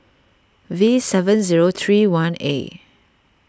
V seven zero three one A